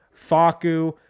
Faku